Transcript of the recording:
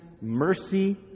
mercy